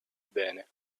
bene